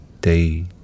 day